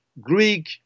Greek